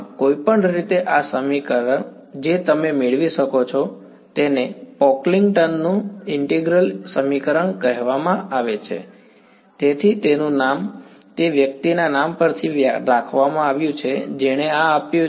કોઈપણ રીતે આ સમીકરણ જે તમે મેળવો છો તેને પોકલિંગ્ટનનું Pocklington's ઈન્ટિગ્રલ સમીકરણ કહેવામાં આવે છે તેથી તેનું નામ તે વ્યક્તિના નામ પરથી રાખવામાં આવ્યું છે જેણે આ આપ્યુ છે